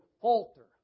falter